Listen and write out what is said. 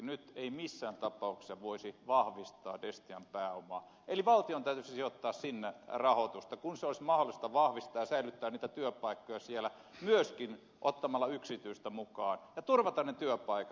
nyt ei missään tapauksessa voisi vahvistaa destian pääomaa eli valtion täytyisi sijoittaa sinne rahoitusta kun olisi mahdollista vahvistaa destiaa ja säilyttää niitä työpaikkoja myöskin ottamalla yksityistä pääomaa mukaan turvaten ne työpaikat